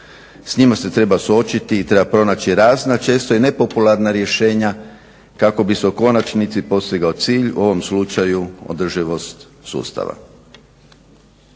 s njima se treba suočiti i treba pronaći a često i nepopularna rješenja kako bi se u konačnici postigao cilj u ovom slučaju održivost sustava.